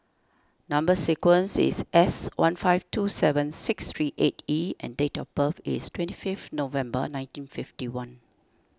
Number Sequence is S one five two seven six three eight E and date of birth is twenty fifth November nineteen fifty one